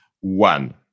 One